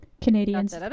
Canadians